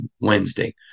wednesday